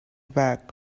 back